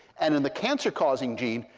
and in the cancer causing gene,